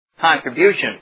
contribution